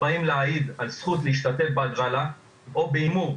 הבאים להעיד על זכות להשתתף בהגרלה או בהימור,